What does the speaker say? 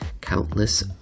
countless